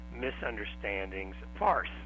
Misunderstandings—farce